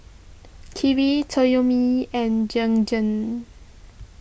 Kiwi Toyomi and Jergens